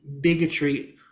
bigotry